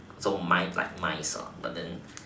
so my like mice ah but then